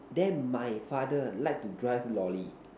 then my father like to drive lorry